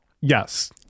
Yes